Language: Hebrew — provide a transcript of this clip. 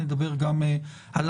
נדבר גם עליו.